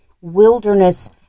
wilderness